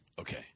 Okay